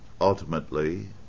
ultimately